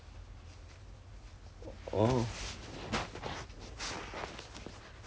是是 home quarantine but the thing is they need to have err a a room and a toilet lor